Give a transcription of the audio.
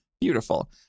beautiful